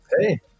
Hey